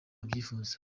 abyifuza